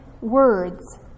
words